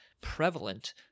prevalent